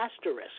asterisk